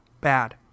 Bad